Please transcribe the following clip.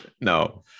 no